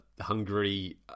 Hungary